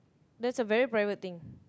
that's a very private thing